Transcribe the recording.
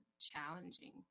challenging